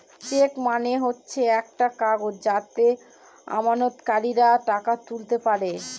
check মানে হচ্ছে একটা কাগজ যাতে আমানতকারীরা টাকা তুলতে পারে